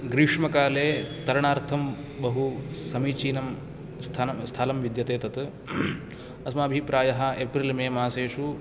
ग्रीष्मकाले तरणार्थं बहुसमीचीनं स्थलं विद्यते तत् अस्माभिः प्रायः एप्रिल्मेमासेषु